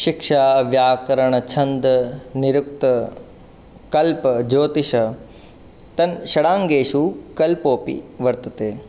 शिक्षा व्याकरणं छन्दः निरुक्तं कल्पः जोतिषं तन् षडङ्गेषु कल्पोपि वर्तते